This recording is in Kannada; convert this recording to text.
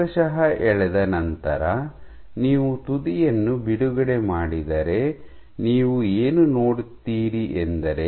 ಭಾಗಶಃ ಎಳೆದ ನಂತರ ನೀವು ತುದಿಯನ್ನು ಬಿಡುಗಡೆ ಮಾಡಿದರೆ ನೀವು ಏನು ನೋಡುತ್ತೀರಿ ಎಂದರೆ